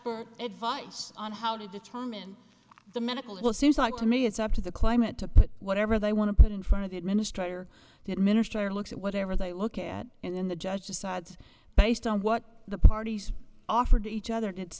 expert advice on how to determine the medical what seems like to me it's up to the climate to put whatever they want to put in front of the administrator the administrator looks at whatever they look at and then the judge decides based on what the parties offered to each other